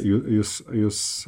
juk jūs jūs